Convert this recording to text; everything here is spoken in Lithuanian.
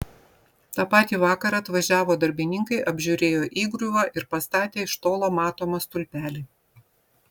tą patį vakarą atvažiavo darbininkai apžiūrėjo įgriuvą ir pastatė iš tolo matomą stulpelį